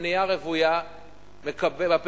בבנייה רוויה בפריפריה,